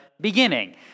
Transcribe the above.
Beginning